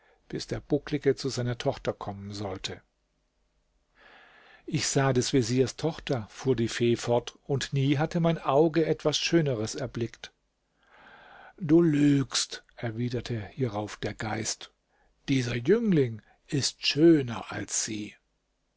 bis der bucklige zu seiner tochter kommen sollte ich sah des veziers tochter fuhr die fee fort und nie hatte mein auge etwas schöneres erblickt du lügst erwiderte hierauf der geist dieser jüngling ist schöner als sie